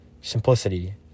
Simplicity